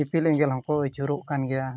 ᱤᱯᱤᱞ ᱮᱸᱜᱮᱞ ᱦᱚᱸᱠᱚ ᱟᱹᱪᱩᱨᱚᱜ ᱠᱟᱱᱜᱮᱭᱟ